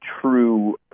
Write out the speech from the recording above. true